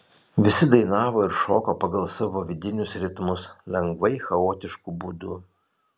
visi dainavo ir šoko pagal savo vidinius ritmus lengvai chaotišku būdu